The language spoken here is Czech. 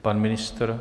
Pan ministr?